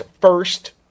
first